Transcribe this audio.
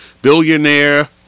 Billionaire